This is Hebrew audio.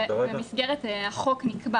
במסגרת החוק נקבע